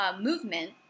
movement